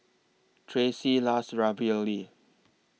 Tracee loves Ravioli